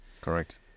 correct